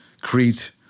Crete